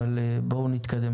אבל בואו נתקדם.